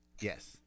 Yes